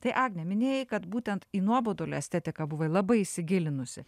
tai agne minėjai kad būtent į nuobodulio estetiką buvai labai įsigilinusi